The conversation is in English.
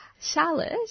Charlotte